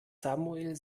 samuel